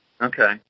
Okay